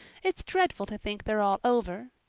it's dreadful to think they're all over.